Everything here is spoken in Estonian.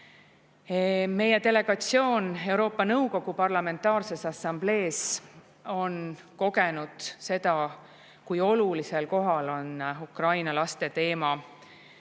delegatsioon Euroopa Nõukogu Parlamentaarses Assamblees on kogenud seda, kui olulisel kohal on Ukraina laste teema ka